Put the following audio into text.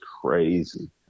crazy